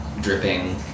dripping